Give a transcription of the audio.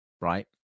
right